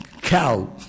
cow